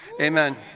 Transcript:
Amen